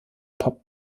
pop